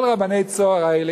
כל רבני "צהר" האלה,